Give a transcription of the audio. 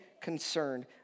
concerned